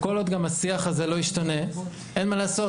כל עוד גם השיח הזה לא ישתנה, אין מה לעשות.